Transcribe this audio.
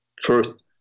First